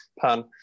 pan